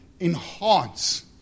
enhance